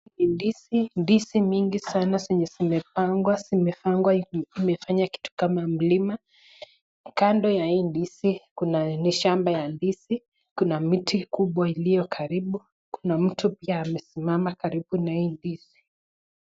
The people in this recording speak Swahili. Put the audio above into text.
Ni ndizi. Ndizi mingi sana ambazo zimepigwa zimepangwa imefanya kitu kama mlima. Kando ya hii ndizi ni shamba ya ndizi kuna miti kubwa iliyo karibu. Kuna mtu pia amesimama karibu na hii mdizi.